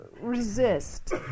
resist